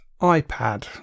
iPad